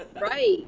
Right